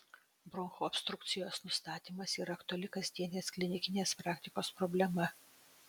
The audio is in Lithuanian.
bronchų obstrukcijos nustatymas yra aktuali kasdienės klinikinės praktikos problema